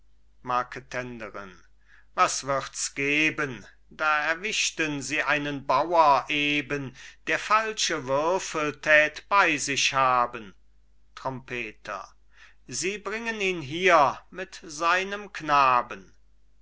marketenderin was wirds geben da erwischten sie einen bauer eben der falsche würfel tät bei sich haben trompeter sie bringen ihn hier mit seinem knaben